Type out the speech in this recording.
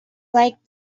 liked